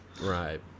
Right